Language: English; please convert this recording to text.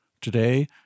Today